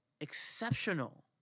exceptional